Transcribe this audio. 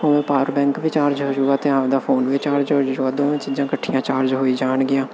ਉਵੇਂ power bank ਵੀ charge ਹੋਜੂਗਾ ਅਤੇ ਆਪਦਾ ਫੋਨ ਵੀ ਚਾਰਜ ਹੋਜੂਗਾ ਦੋਵਾਂ ਚੀਜ਼ਾਂ ਇਕੱਠੀਆਂ ਚਾਰਜ ਹੋਈ ਜਾਣਗੀਆਂ